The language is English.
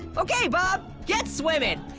okay, bob, get swimmin'.